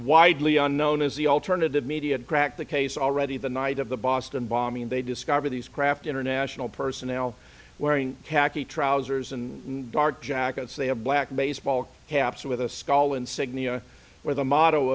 widely unknown as the alternative media cracked the case already the night of the boston bombing they discovered these craft international personnel wearing khaki trousers and dark jackets they have black baseball caps with a